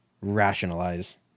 rationalize